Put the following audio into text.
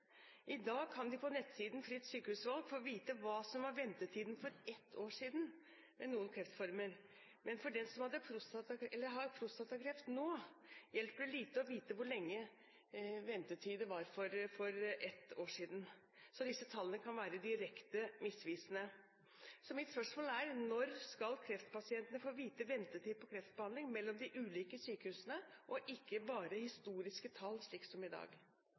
I dag kan man på nettsiden Fritt sykehusvalg få vite hva som var ventetiden for ett år siden for noen kreftformer. Men for den som har prostatakreft nå, hjelper det lite å vite hvor lang ventetid det var for ett år siden. Så disse tallene kan være direkte misvisende. Så mitt spørsmål er: Når skal kreftpasientene få vite ventetid for kreftbehandling i de ulike sykehusene og ikke bare historiske tall, som i dag?